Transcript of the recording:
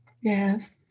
yes